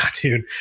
Dude